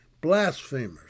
blasphemers